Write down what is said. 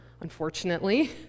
unfortunately